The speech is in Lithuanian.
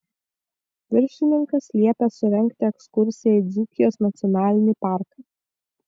viršininkas liepė surengti ekskursiją į dzūkijos nacionalinį parką